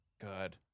Good